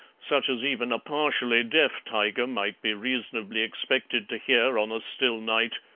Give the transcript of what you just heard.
such as even a partially deaf tiger might be reasonably expected to hear on a still night,